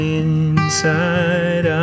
inside